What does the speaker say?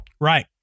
Right